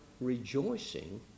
rejoicing